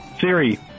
Siri